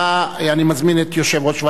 אני מזמין את יושב-ראש ועדת הכנסת,